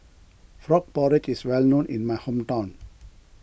Frog Porridge is well known in my hometown